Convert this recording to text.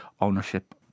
ownership